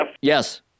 Yes